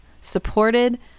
supported